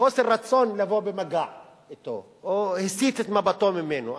חוסר רצון לבוא במגע אתו, או הסיט את מבטו ממנו.